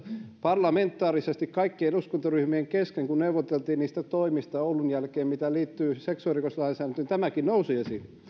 parlamentaarisesti kaikkien eduskuntaryhmien kesken kun neuvoteltiin oulun jälkeen niistä toimista mitkä liittyvät seksuaalirikoslainsäädäntöön tämäkin nousi esille